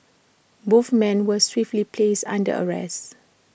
both men were swiftly placed under arrest